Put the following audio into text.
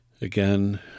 again